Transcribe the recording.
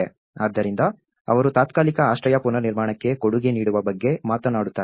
ಆದ್ದರಿಂದ ಅವರು ತಾತ್ಕಾಲಿಕ ಆಶ್ರಯ ಪುನರ್ನಿರ್ಮಾಣಕ್ಕೆ ಕೊಡುಗೆ ನೀಡುವ ಬಗ್ಗೆ ಮಾತನಾಡುತ್ತಾರೆ